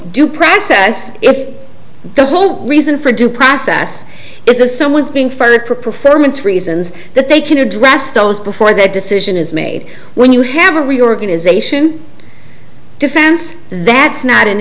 due process if the whole reason for due process is of someone's being fired for performance reasons that they can address those before that decision is made when you have a reorganization defense that's not an